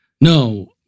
No